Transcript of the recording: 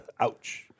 Ouch